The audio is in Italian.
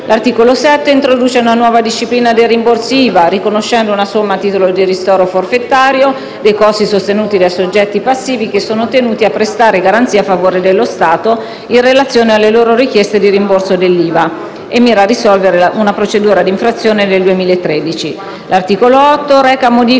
L'articolo 7 introduce una nuova disciplina dei rimborsi IVA, riconoscendo una somma a titolo di ristoro forfetario dei costi sostenuti dai soggetti passivi che sono tenuti a prestare garanzia a favore dello Stato in relazione alle loro richieste di rimborso dell'IVA e mira a risolvere una procedura di infrazione del 2013.